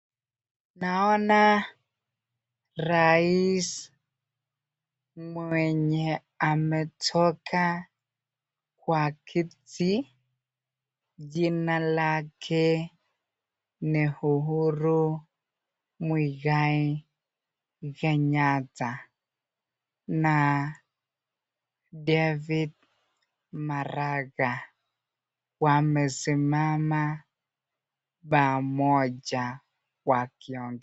Naona rais mwenye ametoka kwa kiti jina lake ni Uhuru Muigai Kenyatta na David Maraga. Wamesimama pamoja wakiongea.